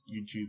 YouTube